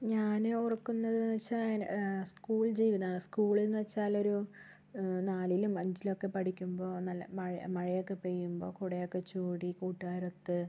ഞാൻ ഓർക്കുന്നതെന്ന് വെച്ചാൽ സ്കൂൾ ജീവിതമാണ് സ്കൂൾ എന്നുവച്ചാൽ ഒരു നാലിലും അഞ്ചിലും ഒക്കെ പഠിക്കുമ്പോൾ നല്ല മഴ മഴയൊക്കെ പെയ്യുമ്പോൾ കുടയൊക്കെ ചൂടി കൂട്ടുകാരൊത്ത്